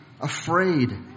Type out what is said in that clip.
afraid